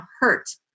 hurt